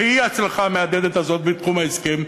באי-הצלחה המהדהדת הזאת בתחום ההסכם,